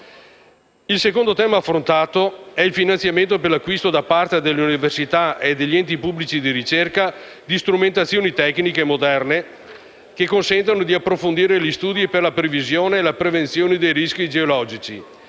disegno di legge è il finanziamento per l'acquisto da parte delle università e degli enti pubblici di ricerca di strumentazioni tecniche moderne che consentano di approfondire gli studi per la previsione e la prevenzione dei rischi geologici.